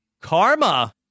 karma